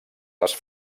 les